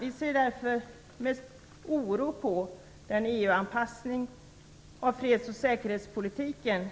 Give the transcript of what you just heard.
Vi ser därför med oro på den EU anpassning av freds och säkerhetspolitiken